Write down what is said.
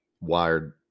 wired